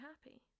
happy